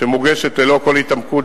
שמוגשת ללא כל התעמקות,